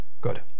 good